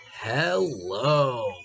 Hello